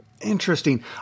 interesting